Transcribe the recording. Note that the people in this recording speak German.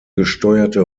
gesteuerte